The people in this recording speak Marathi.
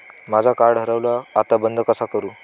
माझा कार्ड हरवला आता बंद कसा करू?